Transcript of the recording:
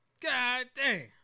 Goddamn